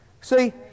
See